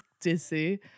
Dizzy